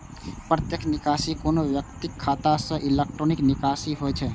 प्रत्यक्ष निकासी कोनो व्यक्तिक खाता सं इलेक्ट्रॉनिक निकासी होइ छै